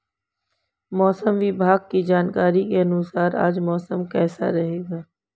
मौसम विभाग की जानकारी के अनुसार आज मौसम कैसा रहेगा?